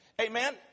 Amen